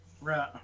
Right